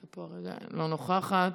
לא נוכחת,